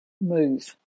move